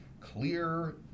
clear